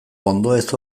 ondoez